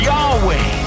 Yahweh